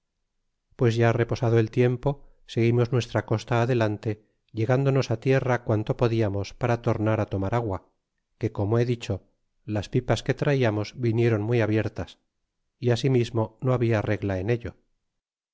pues ya reposado el tiempo seguimos nuestra costa adelante llegándonos a tierra quanto podiamos para tornar a tomar agua que como he dicho las pipas que traiamos vinieron muy abiertas y asimismo no habia regla en ello